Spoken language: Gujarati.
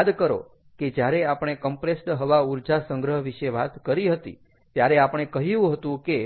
યાદ કરો કે જ્યારે આપણે કમ્પ્રેસ્ડ હવા ઊર્જા સંગ્રહ વિશે વાત કરી હતી ત્યારે આપણે કહ્યું હતું કે